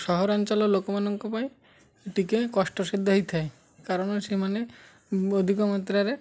ସହରାଞ୍ଚଳ ଲୋକମାନଙ୍କ ପାଇଁ ଟିକେ କଷ୍ଟ ସାଧ୍ୟ ହେଇଥାଏ କାରଣ ସେମାନେ ଅଧିକ ମାତ୍ରାରେ